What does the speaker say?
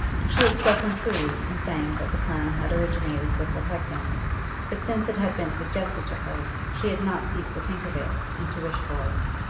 she had spoken truly in saying that the plan had originated with her husband but since it had been suggested to her, she had not ceased to think of it, and to wish for it.